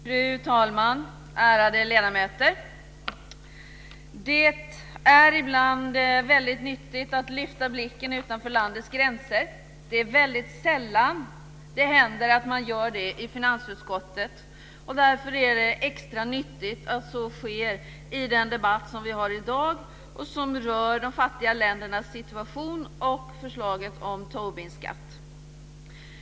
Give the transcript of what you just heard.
Fru talman! Ärade ledamöter! Det är ibland väldigt nyttigt att lyfta blicken utanför landets gränser. Det händer väldigt sällan att man gör det i finansutskottet, och därför är det extra nyttigt att så sker i dagens debatt, som rör de fattiga ländernas situation och förslaget om Tobinskatt.